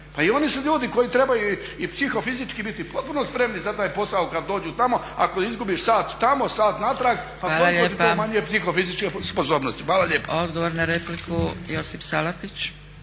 Pa i oni su ljudi koji trebaju i psihofizički biti potpuno spremni za taj posao kad dođu tamo. Ako izgubiš sat tamo, sat natrag pa koliko ti to umanjuje psihofizičke sposobnosti? Hvala lijepa. **Zgrebec, Dragica